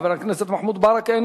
חבר הכנסת מוחמד ברכה,